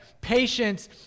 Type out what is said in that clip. Patience